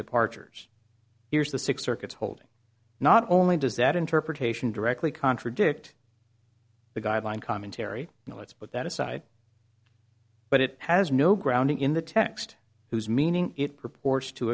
departures here's the six circuits holding not only does that interpretation directly contradict the guideline commentary no let's put that aside but it has no grounding in the text whose meaning it purports to